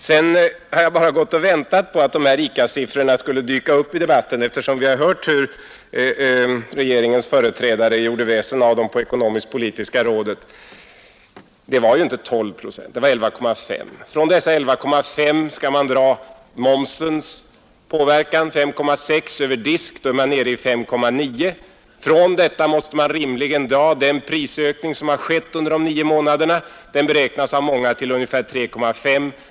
Sedan har jag bara gått och väntat på att ICA-siffrorna skulle dyka upp i debatten, eftersom vi hört hur regeringens företrädare gjorde väsen av dem på ekonomisk-politiska rådet. Det var ju inte 12 procent, det var 11,5. Från dessa 11,5 skall man dra momsens påverkan, 5,6 över disk, och då är man nere i 5,9. Därifrån måste man rimligen dra den prisökning som skett under de nio månaderna. Den beräknas av många till ungefär 3,5.